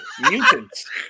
mutants